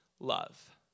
love